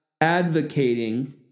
advocating